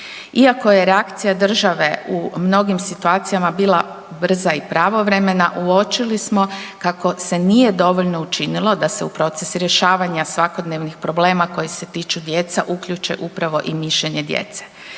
Iako je reakcija države u mnogim situacijama bila brza i pravovremena uočili smo kako se nije dovoljno učilo da se u proces rješavanja svakodnevnih problema koja se tiču djece uključe upravo i mišljenje djece.